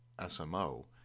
SMO